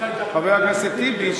חבר הכנסת טיבי,